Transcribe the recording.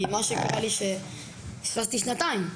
כי מה שקרה לי, שפספסתי שנתיים.